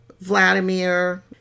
Vladimir